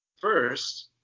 first